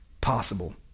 possible